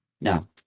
No